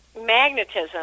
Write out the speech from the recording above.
magnetism